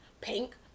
pink